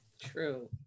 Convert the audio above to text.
true